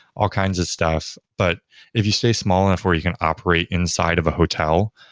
all kinds of stuff. but if you stay small enough where you can operate inside of a hotel,